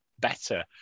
better